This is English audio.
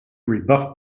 rebuffed